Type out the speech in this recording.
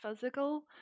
physical